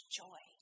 joy